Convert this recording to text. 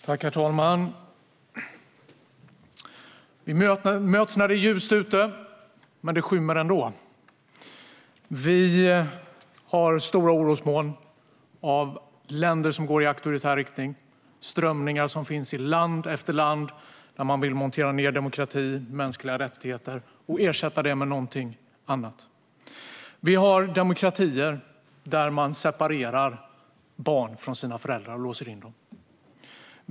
Herr talman! Vi möts när det är ljust ute, men ändå skymmer det. Vi har stora orosmoln i form av länder som går i auktoritär riktning, strömningar i land efter land som vill montera ned demokrati och mänskliga rättigheter för att ersätta det med någonting annat. Vi har demokratier där man separerar barn från deras föräldrar och låser in dem.